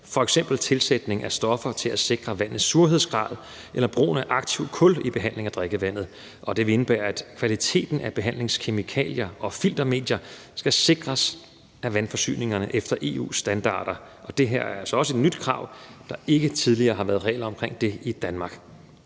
f.eks. tilsætning af stoffer til at sikre vandets surhedsgrad eller brugen af aktivt kul i behandling af drikkevandet. Det vil indebære, at kvaliteten af behandlingskemikalier og filtermedier skal sikres af vandforsyningerne efter EU's standarder. Det her er altså også et nyt krav. Der har ikke tidligere været regler omkring det i Danmark.